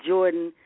Jordan